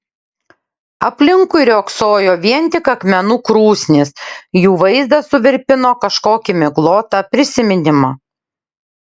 aplinkui riogsojo vien tik akmenų krūsnys jų vaizdas suvirpino kažkokį miglotą prisiminimą